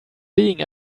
being